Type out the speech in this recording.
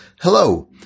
Hello